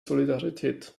solidarität